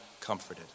comforted